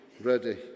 ready